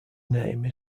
name